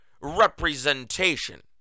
representation